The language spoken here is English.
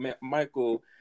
Michael